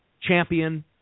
champion